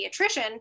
pediatrician